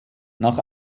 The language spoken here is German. nach